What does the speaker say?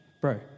bro